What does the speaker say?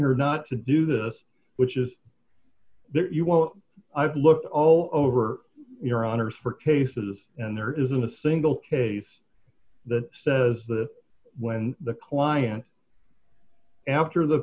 her not to do this which is there you well i've looked all over your honour's for cases and there isn't a single case that says that when the client after the